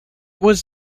was